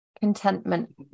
Contentment